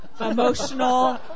emotional